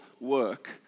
work